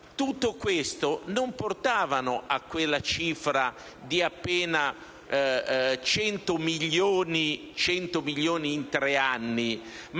Tutto questo non portava a quella cifra di appena 100 milioni in tre anni,